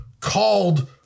called